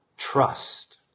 trust